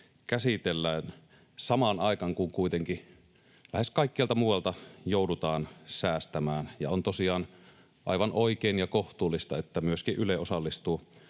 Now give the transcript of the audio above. käsitellään, samaan aikaan kun kuitenkin lähes kaikkialta muualta joudutaan säästämään. On tosiaan aivan oikein ja kohtuullista, että myöskin Yle osallistuu